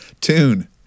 tune